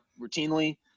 routinely